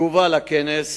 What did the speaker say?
תגובה על הכנס,